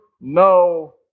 no